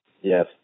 Yes